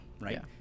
right